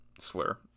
slur